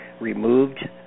removed